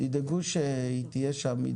תדאגו שהיא תהיה שם.